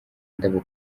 indabo